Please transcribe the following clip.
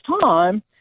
time